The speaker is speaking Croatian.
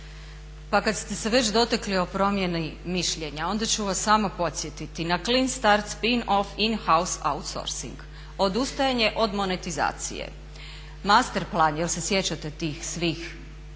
pa kad ste se već dotakli o promjeni mišljenja onda ću vas samo podsjetiti na clean start, spin off, in house outsourcing, odustajanje od monetizacije, master plan jel' se sjećate tih svih,